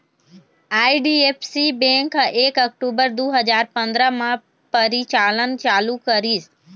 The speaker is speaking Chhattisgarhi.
आई.डी.एफ.सी बेंक ह एक अक्टूबर दू हजार पंदरा म परिचालन चालू करिस